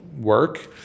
work